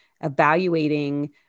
evaluating